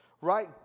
right